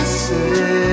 say